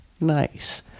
Nice